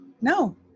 No